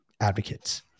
advocates